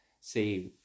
say